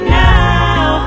now